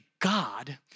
God